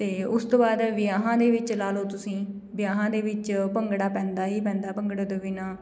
ਅਤੇ ਉਸ ਤੋਂ ਬਾਅਦ ਵਿਆਹਾਂ ਦੇ ਵਿੱਚ ਲਾ ਲਓ ਤੁਸੀਂ ਵਿਆਹਾਂ ਦੇ ਵਿੱਚ ਭੰਗੜਾ ਪੈਂਦਾ ਹੀ ਪੈਂਦਾ ਭੰਗੜੇ ਤੋਂ ਬਿਨਾ